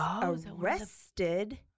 arrested